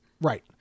Right